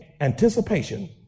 anticipation